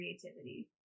creativity